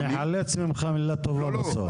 אנחנו נחלץ ממך מילה טובה בסוף.